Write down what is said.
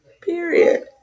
period